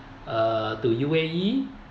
uh to U_A_E